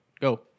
go